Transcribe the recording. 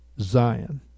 Zion